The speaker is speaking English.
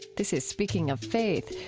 this is speaking of faith.